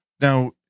Now